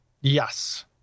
yes